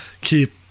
keep